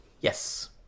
Yes